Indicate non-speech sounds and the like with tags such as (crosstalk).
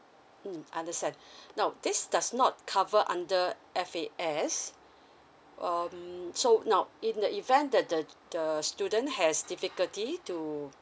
mm understand (breath) no this does not cover under F_A_S (breath) um so now in the event that the the student has difficulty to